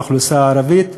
באוכלוסייה הערבית,